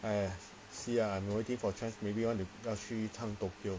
!aiya! see ah I'm waiting for chance maybe want to 要去一趟 tokyo